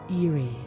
eerie